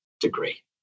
degree